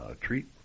treat